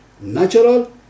natural